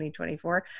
2024